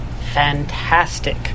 fantastic